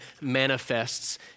manifests